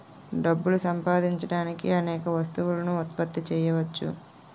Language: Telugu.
డబ్బులు సంపాదించడానికి అనేక వస్తువులను ఉత్పత్తి చేయవచ్చు